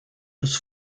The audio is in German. des